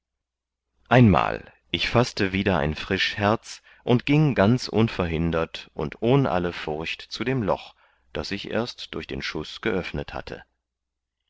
einmal ich faßte wieder ein frisch herz und gieng ganz unverhindert und ohn alle furcht zu dem loch das ich erst durch den schuß geöffnet hatte